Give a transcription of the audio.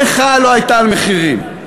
המחאה לא הייתה על מחירים,